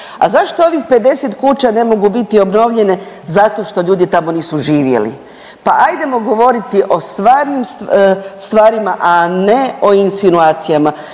A zašto ovih 50 kuća ne mogu biti obnovljene? Zato što ljudi tamo nisu živjeli. Pa ajdemo govoriti o stvarnim stvarima, a ne o insinuacijama.